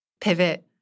pivot